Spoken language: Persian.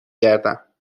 گردم